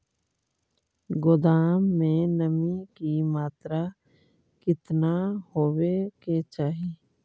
गोदाम मे नमी की मात्रा कितना होबे के चाही?